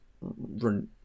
run